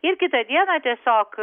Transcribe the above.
ir kitą dieną tiesiog